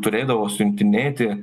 turėdavo siuntinėti